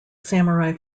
samurai